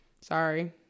Sorry